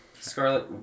Scarlet